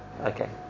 okay